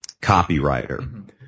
copywriter